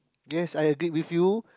yes I agreed with you